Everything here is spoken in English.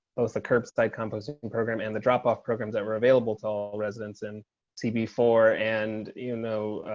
both the curbside composting program and the drop off programs that were available to all residents and see before. and, you know,